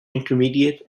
intermediate